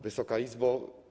Wysoka Izbo!